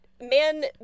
man